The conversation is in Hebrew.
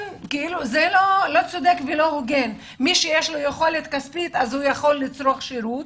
זה לא צודק ולא הוגן מי שיש לו יכולת כספית יכול לצרוך שירות,